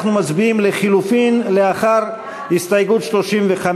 אנחנו מצביעים על לחלופין לאחר הסתייגות 35,